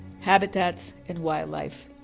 habitats and wildlife.